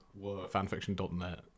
fanfiction.net